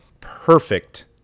perfect